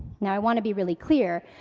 now, i want to be really clear,